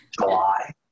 July